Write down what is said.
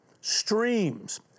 streams